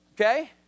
okay